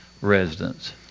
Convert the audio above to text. residents